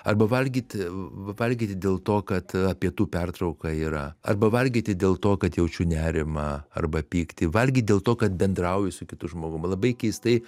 arba valgyti valgyti dėl to kad pietų pertrauka yra arba valgyti dėl to kad jaučiu nerimą arba pyktį valgyt dėl to kad bendrauju su kitu žmogum labai keistai